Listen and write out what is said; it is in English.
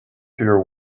your